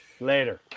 Later